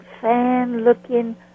fan-looking